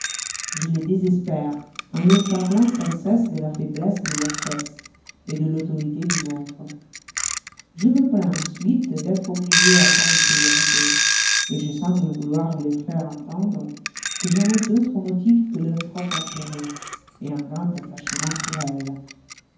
je les désespère en leur parlant sans cesse de la foiblesse de leur sexe et de l'autorité du maître je me plains ensuite d'être obligé à tant de sévérité et je semble vouloir leur faire entendre que je n'ai d'autre motif que leur propre intérêt et un grand attachement pour elles